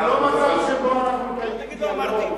זה לא מצב שבו אנחנו מקיימים דיאלוג.